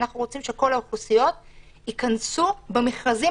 אנחנו רוצים שכל האוכלוסיות ייכנסו במכרזים